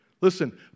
Listen